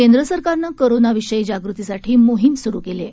केंद्र सरकारनं कोरोनाविषयी जागृतीसाठी मोहीम सुरु केली आहे